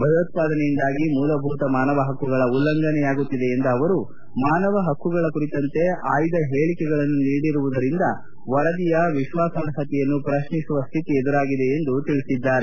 ಭಯೋತ್ಪಾದನೆಯಿಂದಾಗಿ ಮೂಲಭೂತ ಮಾನವ ಹಕ್ಕುಗಳ ಉಲ್ಲಂಘನೆಯಾಗುತ್ತಿದೆ ಎಂದ ಅವರು ಮಾನವ ಹಕ್ಕುಗಳ ಕುರಿತಂತೆ ಆಯ್ದ ಹೇಳಿಕೆಗಳನ್ನು ನೀಡಿರುವುದರಿಂದ ವರದಿಯ ವಿಶ್ವಾಸಾರ್ಹತೆಯನ್ನು ಪ್ರಶ್ನಿಸುವ ಸ್ವಿತಿ ಎದುರಾಗಿದೆ ಎಂದು ಅವರು ಹೇಳಿದರು